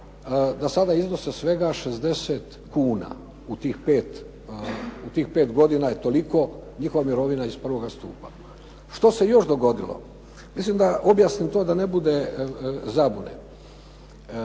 da sada iznose svega 60 kuna, u tih 5 godina je toliko njihova mirovina iz I. stupa. Što se još dogodilo? Mislim da objasnim to da ne bude zabune.